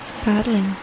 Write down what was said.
Paddling